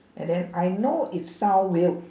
and then I know it sound weird